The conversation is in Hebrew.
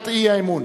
האי-אמון.